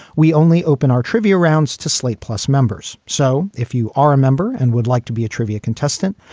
we only open our trivia rounds to slate plus members. so if you are a member and would like to be a trivia contestant,